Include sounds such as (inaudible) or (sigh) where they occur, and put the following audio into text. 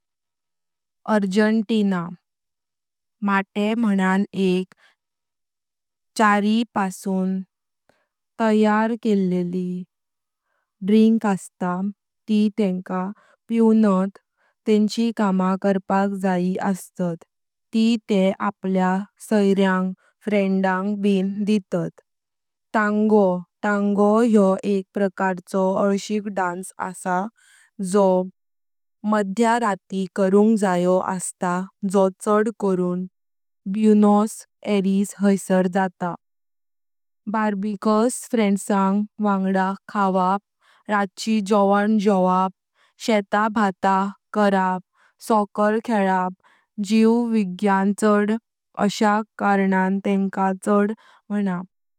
अर्जेंटीना। माटे मण एक (hesitation) चारि पासून तयार केलेली ड्रिंक असता ती तेंका पिवणात तेंची कामा करपाक जाया असता, ती ते आपल्या सैर्यंग फ्रेन्दां बिन दितात। टान्गो यों एक प्रकार छो आल्शिक डान्स असता जो मध्य राति करुंग जायो असता जो चड करून ब्यूनस आयरेस हांसर जातां। बार्बेक्यूज फ्रेन्दसं वांग़डां खावप, रातच्या जोवणें जेवप, शेताभात करप, सॉकर खेळप, जीव विज्ञान चड असल्या कारणां तेंका चड मनाप।